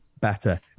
better